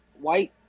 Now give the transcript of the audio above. white